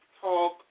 Talk